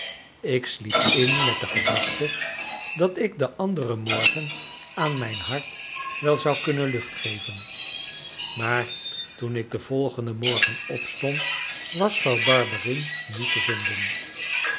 ik sliep in met de gedachte dat ik den anderen morgen aan mijn hart wel zou kunnen lucht geven maar toen ik den volgenden morgen opstond was vrouw barberin niet te vinden